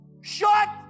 Shut